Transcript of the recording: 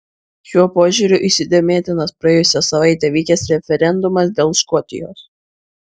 šiuo požiūriu įsidėmėtinas praėjusią savaitę vykęs referendumas dėl škotijos